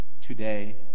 today